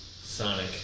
Sonic